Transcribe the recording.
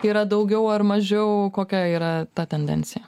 yra daugiau ar mažiau kokia yra ta tendencija